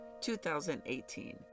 2018